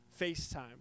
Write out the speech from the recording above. FaceTime